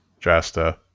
Jasta